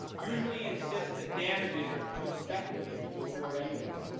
usually insists that damages are too speculative to award anyway.